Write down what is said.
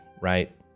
right